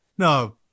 No